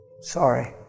Sorry